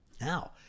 Now